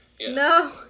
No